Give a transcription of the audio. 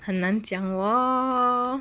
很难讲 lor